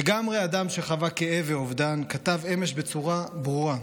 לגמרי אדם שחווה כאב ואובדן, כתב אמש בצורה ברורה: